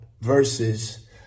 verses